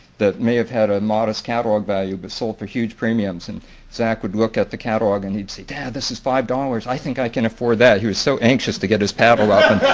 that may have had a modest catalog value but sold for huge premiums. and zach would look at the catalogue and he'd say, dad this is five dollars, i think i can afford that. he was so anxious to get his paddle up. and